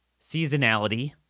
seasonality